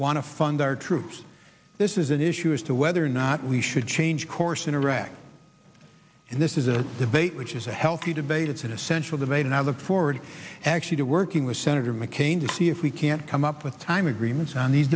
want to fund our troops this is an issue as to whether or not we should change course in iraq and this is a debate which is a healthy debate it's an essential debate and i look forward actually to working with senator mccain to see if we can't come up with time agreements on these